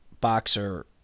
boxer